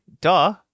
Duh